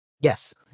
Yes